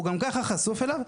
הוא גם ככה חשוף אליו.